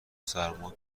سرما